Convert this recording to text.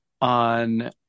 on